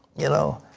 you know?